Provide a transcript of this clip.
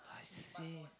I see